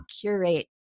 curate